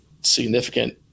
significant